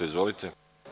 Izvolite.